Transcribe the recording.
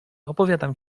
opowiadałam